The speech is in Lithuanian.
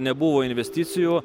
nebuvo investicijų